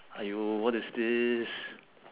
!aiyo! what is this